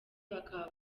bakaba